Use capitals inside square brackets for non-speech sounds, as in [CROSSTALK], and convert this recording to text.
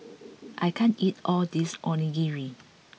[NOISE] I can't eat all this Onigiri